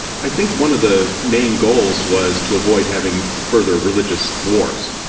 i think one of the main goals was to avoid having further religious wars.